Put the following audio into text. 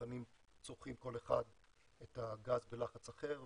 הצרכנים צורכים כל אחד את הגז בלחץ אחר,